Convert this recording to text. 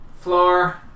floor